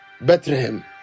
Bethlehem